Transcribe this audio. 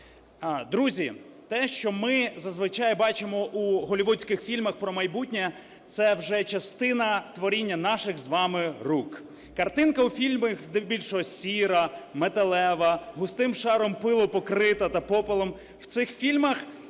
Друзі, те, що ми зазвичай бачимо у голлівудських фільмах про майбутнє, це вже частина творіння наших з вами рук. Картинка у фільмах здебільшого сіра, металева, густим шаром пилу покрита та попелом.